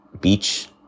beach